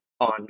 on